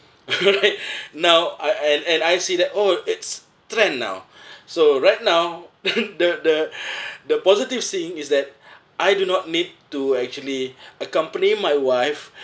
right now I and and I see that oh its trend now so right now the the the positive seeing is that I do not need to actually accompany my wife